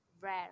rare